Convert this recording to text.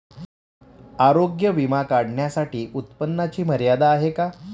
आरोग्य विमा काढण्यासाठी उत्पन्नाची मर्यादा आहे का?